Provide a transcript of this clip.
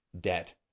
debt